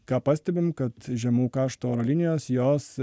ką pastebim kad žemų kaštų oro linijos jos